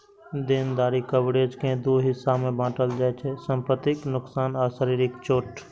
देनदारी कवरेज कें दू हिस्सा मे बांटल जाइ छै, संपत्तिक नोकसान आ शारीरिक चोट